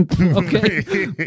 okay